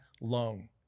loan